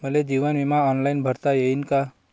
मले जीवन बिमा ऑनलाईन भरता येईन का?